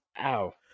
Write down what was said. Ow